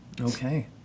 Okay